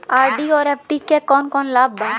RD और FD क कौन कौन लाभ बा?